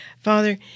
Father